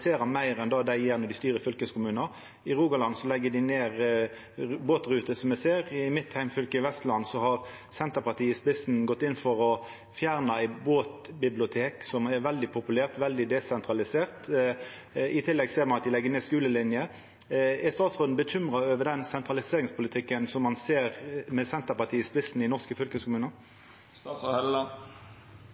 meir enn det dei gjer. I Rogaland legg dei ned båtruter, som me ser. I mitt heimfylke, Vestland, har ein med Senterpartiet i spissen gått inn for å fjerna eit båtbibliotek som er veldig populært, veldig desentralisert. I tillegg ser ein at dei legg ned skulelinjer. Er statsråden bekymra over den sentraliseringspolitikken ein ser, med Senterpartiet i spissen, i norske fylkeskommunar?